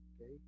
Okay